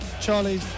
Charlie